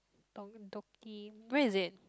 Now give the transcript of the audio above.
Don Donki where is it